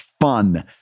fun